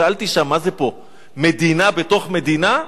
שאלתי שם: מה זה פה, מדינה בתוך מדינה?